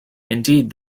indeed